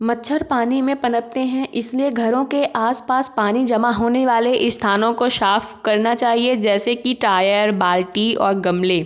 मच्छर पानी में पनपते हैं इसलिए घरों के आस पास पानी जमा होने वाले स्थानों को साफ करना चहिए जैसे कि टायर बाल्टी और गमले